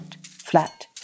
flat